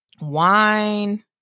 wine